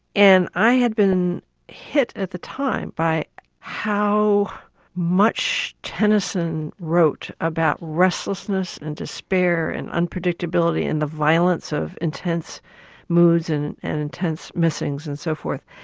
and i had been hit at the time by how much tennyson wrote about restlessness and despair and unpredictability and the violence of intense moods and and intense missings and so forth.